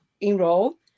enroll